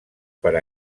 per